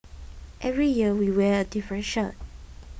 every year we wear different shirt